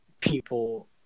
people